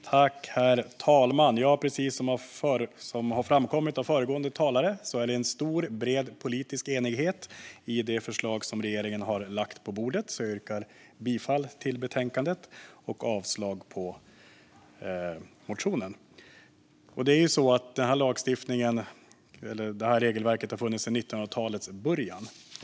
Ändringar i jord-förvärvslagen i syfte att hindra att bestäm-melserna om förvärvs-tillstånd kringgås Herr talman! Det har redan framgått av föregående talares anföranden att det finns bred politisk enighet kring det förslag som regeringen lagt på bordet. Jag yrkar bifall till förslagen i betänkandet och avslag på reservationen. Det här regelverket har funnits sedan 1900-talets början.